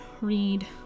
read